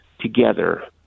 together